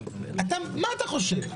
אתה, מה אתה חושב?